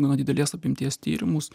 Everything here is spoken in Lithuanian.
gana didelės apimties tyrimus